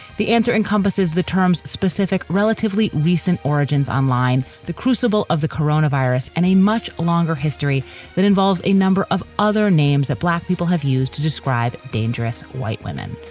the answer encompasses the terms specific, relatively recent origins online, the crucible of the coronavirus, and a much longer history that involves a number of other names that black people have used to describe dangerous white women.